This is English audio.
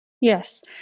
Yes